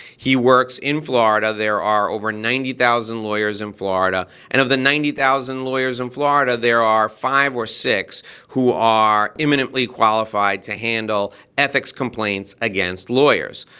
he works in florida. there are over ninety thousand lawyers in florida and of the ninety thousand lawyers in florida, there are five or six who are imminently qualified to handle ethics complaints against lawyers.